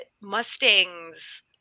Mustangs